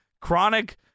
Chronic